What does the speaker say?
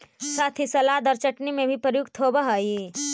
साथ ही सलाद और चटनी में भी प्रयुक्त होवअ हई